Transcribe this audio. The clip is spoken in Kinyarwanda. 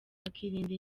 bakirinda